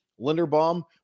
Linderbaum